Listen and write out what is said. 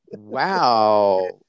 Wow